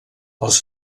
els